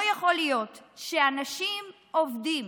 לא יכול להיות שאנשים עובדים,